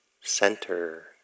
center